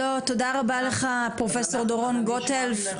לא, תודה רבה לך פרופסור דורון גוטהלף.